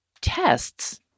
tests